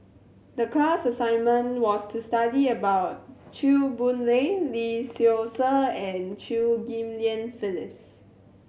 the class assignment was to study about Chew Boon Lay Lee Seow Ser and Chew Ghim Lian Phyllis